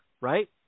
right